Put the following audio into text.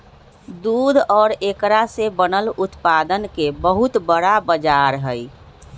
दूध और एकरा से बनल उत्पादन के बहुत बड़ा बाजार हई